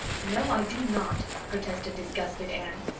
no, i do not, protested disgusted anne.